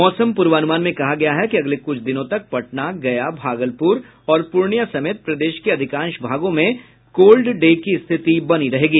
मौसम पूर्वानुमान में कहा गया है कि अगले कुछ दिनों तक पटना गया भागलपुर और पूर्णिया समेत प्रदेश के अधिकांश भागों में कोल्ड डे की स्थिति बनी रहेगी